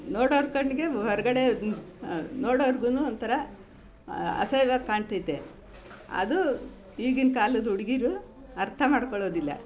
ನೋಡೋರ ಕಣ್ಣಿಗೆ ಹೊರ್ಗಡೆ ನೋಡೋರ್ಗೂ ಒಂಥರ ಅಸಹ್ಯವಾಗಿ ಕಾಣ್ತೈತೆ ಅದು ಈಗಿನ ಕಾಲದ ಹುಡ್ಗೀರು ಅರ್ಥ ಮಾಡ್ಕೊಳ್ಳೋದಿಲ್ಲ